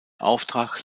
auftrag